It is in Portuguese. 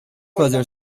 fazer